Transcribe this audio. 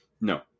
No